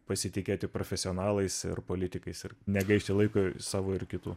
pasitikėti profesionalais ir politikais ir negaišti laiko savo ir kitų